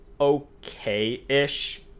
okay-ish